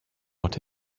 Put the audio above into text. what